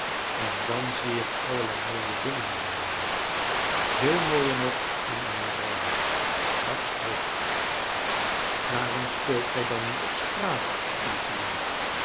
en dan zie ik allerlei mooie dingen in den hemel veel mooier nog dan in mijn droomen dat spreekt waarom speelt gij dan niet op straat op uw viool